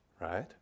Right